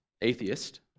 atheist